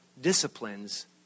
disciplines